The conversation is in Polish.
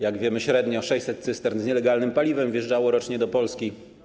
Jak wiemy, średnio 600 cystern z nielegalnym paliwem wjeżdżało rocznie do Polski.